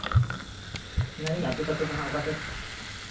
ᱞᱟᱹᱭ ᱫᱟᱹᱞᱤᱧ ᱟᱹᱛᱩ ᱛᱟᱯᱮ ᱫᱚ ᱦᱟᱸᱜ ᱚᱠᱟ ᱥᱮᱫ